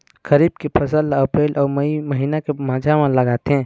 खरीफ के फसल ला अप्रैल अऊ मई महीना के माझा म लगाथे